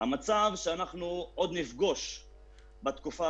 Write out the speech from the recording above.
אנחנו לא מחפשים עימותים.